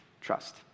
trust